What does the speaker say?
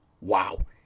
Wow